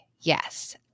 yes